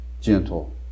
gentle